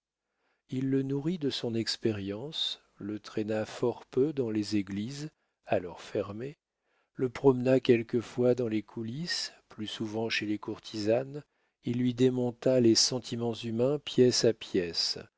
il le nourrit de son expérience le traîna fort peu dans les églises alors fermées le promena quelquefois dans les coulisses plus souvent chez les courtisanes il lui démonta les sentiments humains pièce à pièce